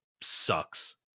sucks